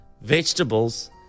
vegetables